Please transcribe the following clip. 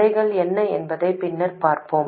தடைகள் என்ன என்பதை பின்னர் பார்ப்போம்